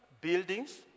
buildings